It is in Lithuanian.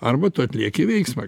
arba tu atlieki veiksmą